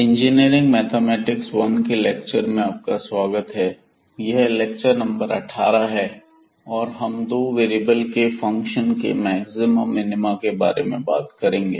engineering mathematics one के lecture में आपका स्वागत है यह लेक्चर नंबर अट्ठारह है और हम दो वेरिएबल के फंक्शन के मैक्सिमा मिनिमा के बारे में बात करेंगे